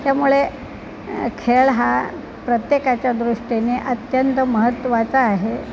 त्यामुळे खेळ हा प्रत्येकाच्या दृष्टीने अत्यंत महत्त्वाचा आहे